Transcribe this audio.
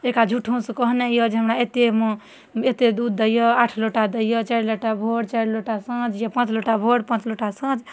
एकरा झूठो सँ कहनाइ यऽ जे हमरा एतेमे एते दूध दै यऽ आठ लोटा दै यऽ चारि लोटा भोर चारि लोटा साँझ या पाँच लोटा भोर पाँच लोटा साँझ